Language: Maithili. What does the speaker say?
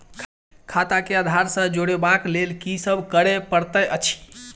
खाता केँ आधार सँ जोड़ेबाक लेल की सब करै पड़तै अछि?